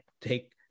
take